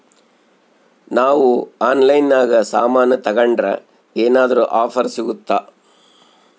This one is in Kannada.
ನಾವು ಆನ್ಲೈನಿನಾಗ ಸಾಮಾನು ತಗಂಡ್ರ ಏನಾದ್ರೂ ಆಫರ್ ಸಿಗುತ್ತಾ?